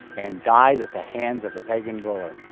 and died at the hands of a pagan ruler.